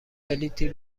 بلیطی